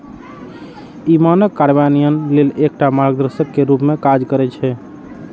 ई मानक कार्यान्वयन लेल एकटा मार्गदर्शक के रूप मे काज करै छै